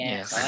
Yes